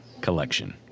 collection